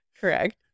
Correct